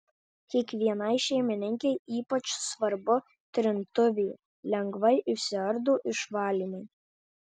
kiekvienai šeimininkei ypač svarbu trintuvė lengvai išsiardo išvalymui